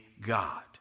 God